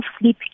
sleep